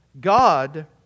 God